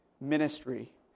ministry